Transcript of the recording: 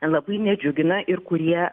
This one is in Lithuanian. labai nedžiugina ir kurie